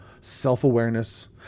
self-awareness